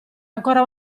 ancora